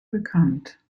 bekannt